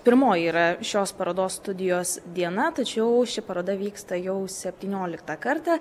pirmoji yra šios parodos studijos diena tačiau ši paroda vyksta jau septynioliktą kartą